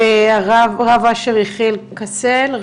רב אשר יחיאל קסל,